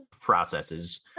processes